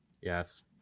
Yes